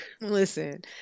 Listen